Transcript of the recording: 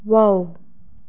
wow